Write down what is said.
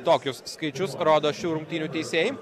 tokius skaičius rodo šių rungtynių teisėjai